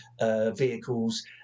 vehicles